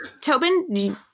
Tobin